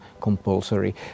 compulsory